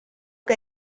que